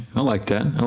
i like that.